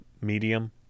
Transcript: medium